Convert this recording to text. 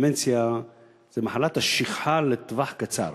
דמנציה זו מחלת השכחה לטווח קצר.